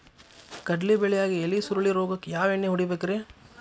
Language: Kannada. ಕಡ್ಲಿ ಬೆಳಿಯಾಗ ಎಲಿ ಸುರುಳಿ ರೋಗಕ್ಕ ಯಾವ ಎಣ್ಣಿ ಹೊಡಿಬೇಕ್ರೇ?